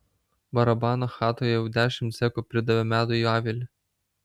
barabano chatoje jau dešimt zekų pridavė medų į avilį